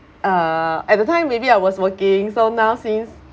uh at the time maybe I was working so now since